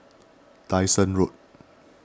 Dyson Road